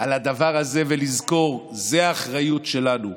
על הדבר הזה, ולזכור: זאת האחריות שלנו.